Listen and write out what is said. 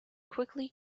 quickly